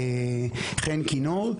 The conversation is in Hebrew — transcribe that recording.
חן כינור,